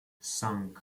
cinq